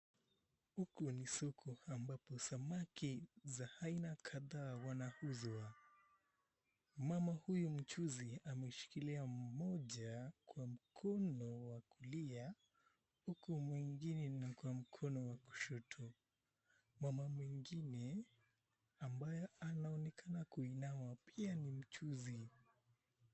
Huku ni soko ambapo samaki za aina kadhaa wanauzwa. Mama huyu mchuuzi ameshikilia mmoja kwa mkono wa kulia, huku mwingine mnakuwa mkono wa kushoto. Mama mwingine ambaye anaonekana kuinama pia ni mchuuzi.